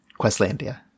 Questlandia